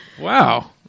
Wow